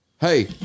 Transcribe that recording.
hey